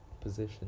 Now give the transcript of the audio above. position